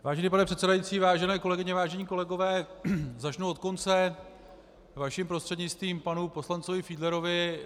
Vážený pane předsedající, vážené kolegyně, vážení kolegové, začnu od konce, vaším prostřednictvím panu poslanci Fiedlerovi.